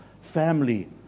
family